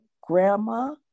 grandma